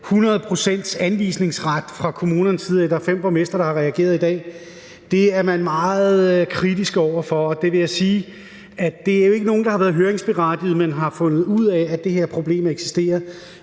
pct.s anvisningsret fra kommunernes side. Der er fem borgmestre, der har reageret i dag. Man er meget kritisk over for det, og til det vil jeg sige, at det jo ikke er nogen, der har været høringsberettigede, men de har fundet ud af, at det her problem eksisterer.